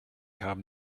haben